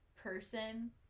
person